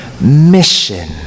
mission